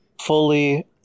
fully